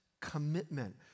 commitment